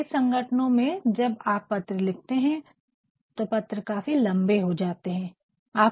कई संगठनों में जब आप पत्र लिखते है तो पत्र काफी लम्बे हो जाते है